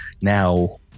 now